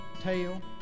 tail